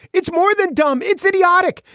it's more than dumb. it's idiotic.